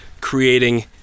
creating